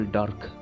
dark